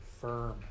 firm